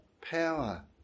power